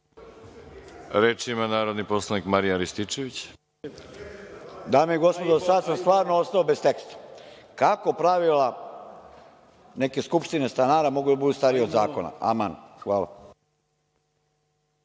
Rističević. Izvolite. **Marijan Rističević** Dame i gospodo, sada sam stvarno ostao bez teksta. Kako pravila neke skupštine stanara mogu da budu starije od zakona, aman. Hvala.